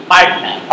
Partner